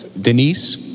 Denise